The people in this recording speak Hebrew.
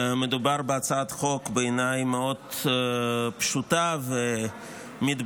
מדובר בהצעת חוק שבעיניי מאוד פשוטה ומתבקשת.